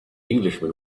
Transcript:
englishman